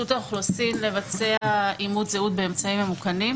האוכלוסין לבצע אימות זהות באמצעים ממוכנים,